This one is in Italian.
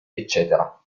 eccetera